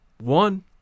One